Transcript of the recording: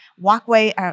walkway